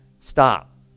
stop